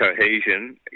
cohesion